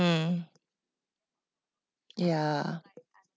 ya